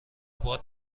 باد